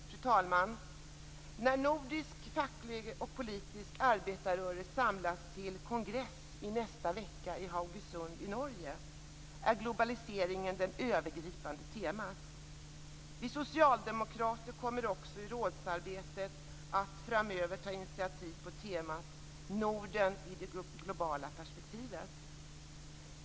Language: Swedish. Fru talman! När nordisk facklig och politisk arbetarrörelse samlas till kongress i nästa vecka i Haugesund i Norge är globaliseringen det övergripande temat. Vi socialdemokrater kommer också i rådsarbetet att framöver ta initiativ på temat Norden i det globala perspektivet.